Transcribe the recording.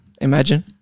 Imagine